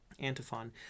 Antiphon